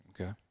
Okay